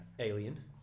Alien